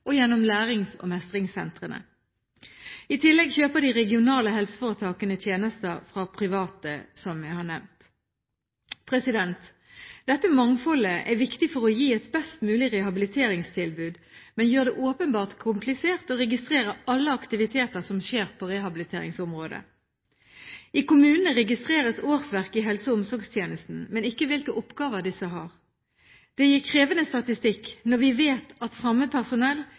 og gjennom lærings- og mestringssentrene. I tillegg kjøper de regionale helseforetakene tjenester fra private, som jeg har nevnt. Dette mangfoldet er viktig for å gi et best mulig rehabiliteringstilbud, men gjør det åpenbart komplisert å registrere alle aktiviteter som skjer på rehabiliteringsområdet. I kommunene registreres årsverk i helse- og omsorgstjenesten, men ikke hvilke oppgaver disse har. Det gir krevende statistikk når vi vet at samme personell